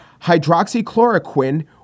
hydroxychloroquine